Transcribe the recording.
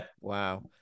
Wow